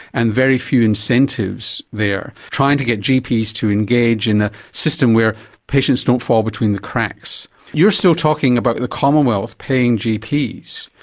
and very few incentives there. trying to get gps to engage in a system where patients don't fall between the cracks. you're still talking about the commonwealth paying gps.